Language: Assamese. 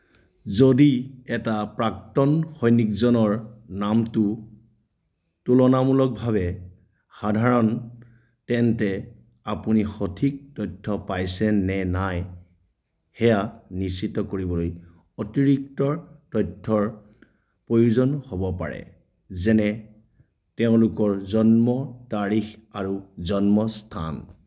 যদি এটা প্ৰাক্তন সৈনিকজনৰ নামটো তুলনামূলকভাৱে সাধাৰণ তেন্তে আপুনি সঠিক তথ্য পাইছে নে নাই সেয়া নিশ্চিত কৰিবলৈ অতিৰিক্ত তথ্যৰ প্ৰয়োজন হ'ব পাৰে যেনে তেওঁলোকৰ জন্ম তাৰিখ আৰু জন্মস্থান